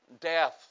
death